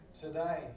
Today